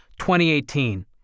2018